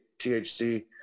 THC